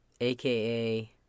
aka